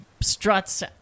struts